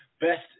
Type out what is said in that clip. best